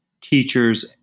teachers